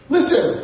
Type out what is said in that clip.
Listen